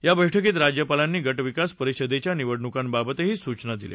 या बैठकीत राज्यापालांनी गट विकास परिषदेच्या निवडणूकांबाबतही सूचना दिल्या